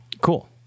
Cool